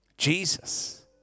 Jesus